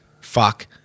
Fuck